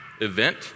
event